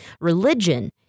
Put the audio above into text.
religion